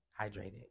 Hydrated